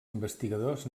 investigadors